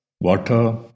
water